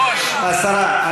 השרה,